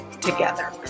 together